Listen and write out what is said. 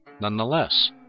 Nonetheless